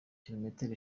kilometero